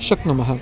शक्नुमः